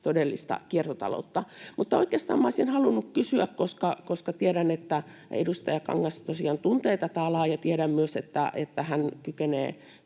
todellista kiertotaloutta. Oikeastaan olisin halunnut kysyä, koska tiedän, että edustaja Kangas tosiaan tuntee tätä alaa, ja tiedän myös, että hän kykenee